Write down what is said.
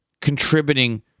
contributing